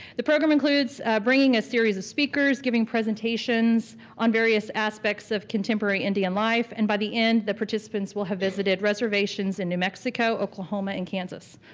the program includes bringing a series of speakers, giving presentations on various aspects of contemporary indian life and by the end the participants will have visited reservations in new mexico, oklahoma, and kansas.